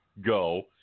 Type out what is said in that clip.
go